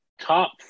top